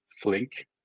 flink